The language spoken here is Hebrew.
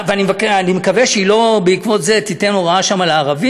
ואני מקווה שבעקבות זאת היא לא תיתן הוראה שם לערבים,